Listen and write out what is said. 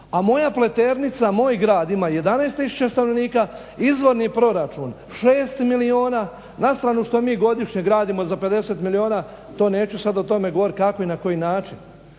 a moja Pleternica moj grad ima 11 tisuća stanovnika izvorni proračun 6 milijuna. Na stranu što mi godišnje gradimo za 50 milijuna to neću sada o tome govoriti kako i na koji način.